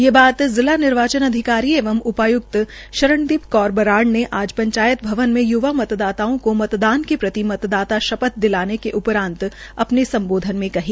ये बात जिला निर्वाचन अधिकारी एवं उयाय्क्त शरणदीप कौर बराड़ ने पंचायत भवन में य्वा मतदाताओं को मतदान के प्रति मतदाता शपथ दिलवाने के उपरान्त अपने सम्बोधन में कही